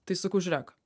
tai sakau žiūrėk